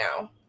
now